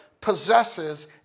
possesses